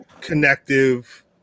connective